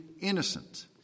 innocent